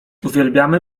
uwielbiamy